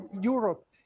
Europe